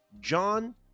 John